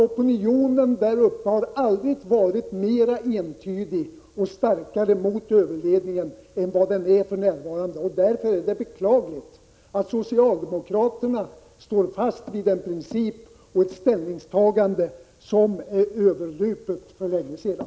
Opinionen där uppe mot överledningen har aldrig varit mer entydig eller starkare än vad den är för närvarande. Därför är det beklagligt att socialdemokraterna står fast vid en princip och ett ställningstagande som är överspelat för länge sedan.